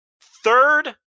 Third